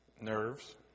Nerves